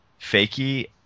Fakie